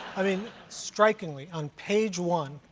i mean strikingly, on page one,